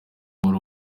wari